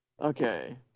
Okay